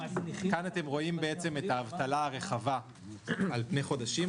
כאן אתם רואים את האבטלה הרחבה על פני חודשים.